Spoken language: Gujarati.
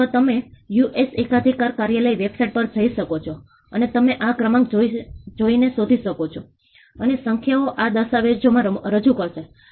પરંતુ આપણે આ એક્સરસાઇઝમાં ખૂબ જ મનોરંજક શામેલ થવું જોઈએ પછી વધુમાં વધુ લોકો શામેલ થવું જોઈએ તમારે તેને વધુ હળવા રીતે કરવું જોઈએ